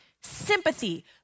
sympathy